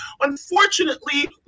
unfortunately